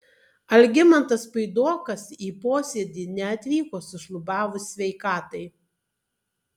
algimantas puidokas į posėdį neatvyko sušlubavus sveikatai